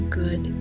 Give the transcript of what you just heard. good